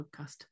Podcast